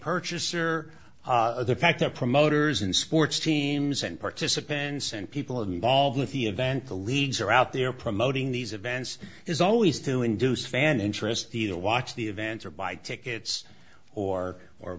purchaser the fact that promoters and sports teams and participants and people involved with the event the leagues are out there promoting these events is always to induce fan interest he'll watch the events or buy tickets or or